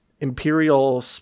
imperial